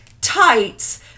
tights